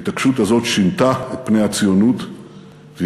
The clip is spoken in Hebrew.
ההתעקשות הזאת שינתה את פני הציונות והבטיחה